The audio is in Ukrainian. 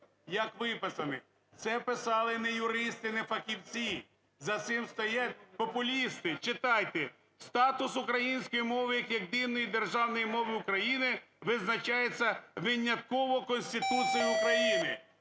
як виписаний. Це писали не юристи, не фахівці, за цим стоять популісти. Читайте. Статус української мови як єдиної державної мови України визначається винятково Конституцією України.